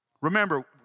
Remember